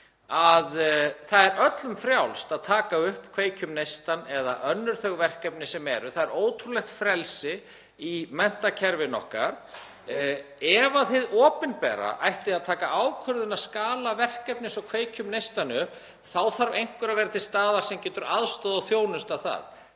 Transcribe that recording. Í dag er öllum frjálst að taka upp Kveikjum neistann eða önnur þau verkefni sem eru í gangi. Það er ótrúlegt frelsi í menntakerfinu okkar. Ef hið opinbera ætti að taka ákvörðun um að skala verkefni eins og Kveikjum neistann upp þá þarf einhver að vera til staðar sem getur aðstoðað og þjónustað það.